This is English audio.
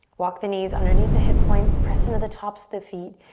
walk the knees underneath the hip points, press into the tops of the feet.